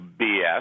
BS